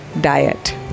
diet